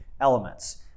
elements